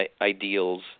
ideals